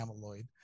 amyloid